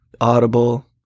Audible